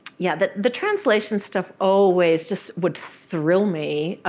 yeah, the the translation stuff always just would thrill me,